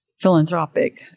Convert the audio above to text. philanthropic